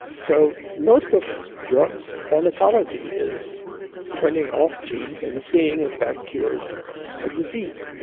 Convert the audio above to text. so most of drugs pharmacology is turning off genes and seeing if that cures a disease.